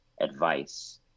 advice